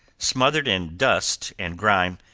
smothered in dust and grime,